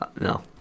No